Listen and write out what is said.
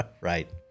Right